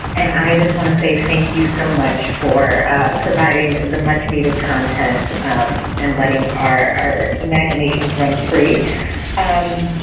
and i just want to say thank you so much for providing the much needed content um and letting our imaginations run free um